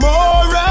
More